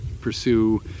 pursue